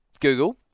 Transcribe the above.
Google